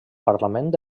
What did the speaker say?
parlament